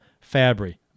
Fabry